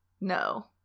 no